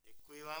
Děkuji vám.